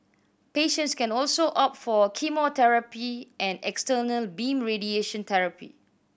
patients can also opt for chemotherapy and external beam radiation therapy